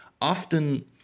often